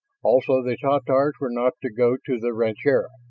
also the tatars were not to go to the rancheria,